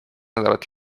nädalat